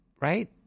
right